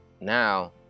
Now